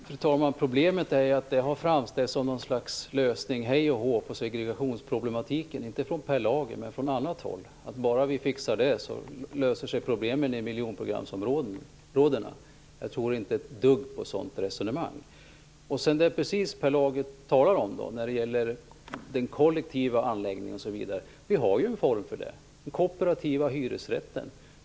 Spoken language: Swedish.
Fru talman! Problemet är att ägarlägenheten - inte av Per Lager, men från annat håll - framställts som ett slags lösning på segregationsproblematiken. Hej och hå! Bara vi fixar detta, så löser sig problemen i miljonprogramområdena. Jag tror inte ett dugg på det resonemanget. Per Lager talade om den kollektiva anläggningen, men vi har redan en sådan form. Vi har ju den kooperativa hyresrätten.